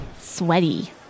sweaty